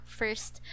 first